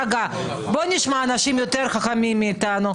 נשמע אנשים חכים מאתנו.